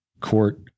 court